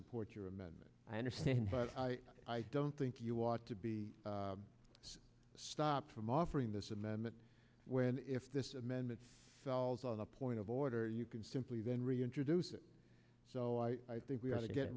support your amendment i understand but i don't think you ought to be stopped from offering this amendment when if this amendment falls on a point of order you can simply then reintroduce it so i think we ought to get